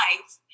life